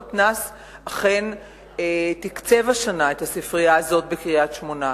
המתנ"ס אכן תקצב השנה את הספרייה הזאת בקריית-שמונה.